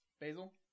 Basil